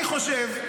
אני חושב,